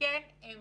שהם